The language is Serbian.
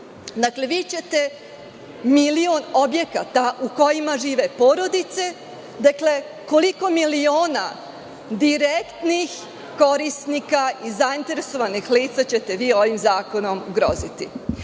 Dakle, vi ćete milion objekata u kojima žive porodice, koliko miliona direktnih korisnika i zainteresovanih lica ćete vi ovim zakonom